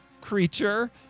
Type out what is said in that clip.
creature